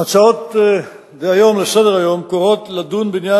ההצעות לסדר-היום קוראות לדון בעניין